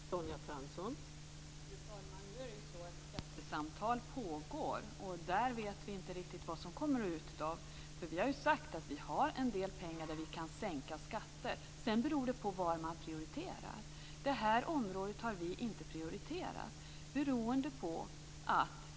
Fru talman! Nu är det ju så att skattesamtal pågår, och vi vet inte riktigt vad som kommer ut av det. Vi har ju sagt att det finns en del områden där vi kan sänka skatter. Sedan beror det på vad man prioriterar. Det här området har vi inte prioriterat.